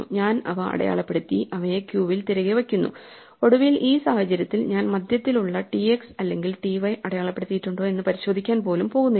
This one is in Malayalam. ഞാൻ അവ അടയാളപ്പെടുത്തി അവയെ ക്യൂവിൽ തിരികെ വയ്ക്കുന്നു ഒടുവിൽ ഈ സാഹചര്യത്തിൽ ഞാൻ മധ്യത്തിൽ ഉള്ള tx അല്ലെങ്കിൽ tyഅടയാളപ്പെടുത്തിയിട്ടുണ്ടോ എന്ന് പരിശോധിക്കാൻ പോലും പോകുന്നില്ല